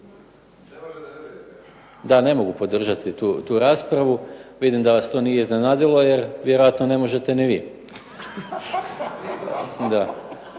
Da, ne mogu podržati tu raspravu. Vidim da vas to nije iznenadilo, jer vjerojatno ne možete ni vi.